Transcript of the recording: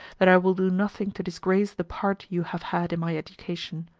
that i will do nothing to disgrace the part you have had in my education.